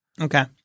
Okay